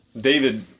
David